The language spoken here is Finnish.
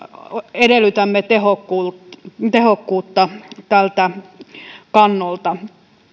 edellytämme tehokkuutta tehokkuutta tältä kannolta